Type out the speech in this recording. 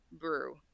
brew